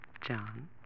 John